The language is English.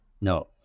No